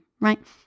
right